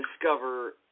discover